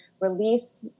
release